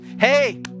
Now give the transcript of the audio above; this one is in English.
Hey